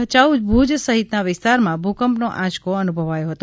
ભયાઉ ભુજ સહીતના વિસ્તારમાં ભૂકંપનો આંચકો અનુભવાયો હતો